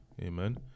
Amen